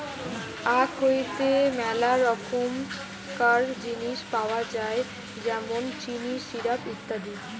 আখ হইতে মেলা রকমকার জিনিস পাওয় যায় যেমন চিনি, সিরাপ, ইত্যাদি